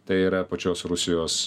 tai yra pačios rusijos